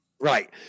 Right